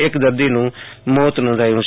એક દદીનું મોત નોંધાયું છે